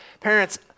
Parents